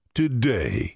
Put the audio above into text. today